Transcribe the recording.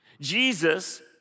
Jesus